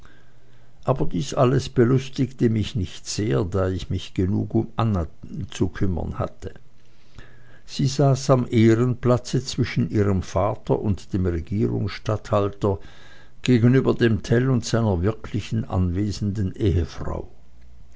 aber dies alles belustigte mich nicht sehr da ich mich genug um anna zu kümmern hatte sie saß am ehrenplatze zwischen ihrem vater und dem regierungsstatthalter gegenüber dem tell und seiner wirklichen anwesenden ehefrau